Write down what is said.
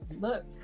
look